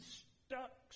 stuck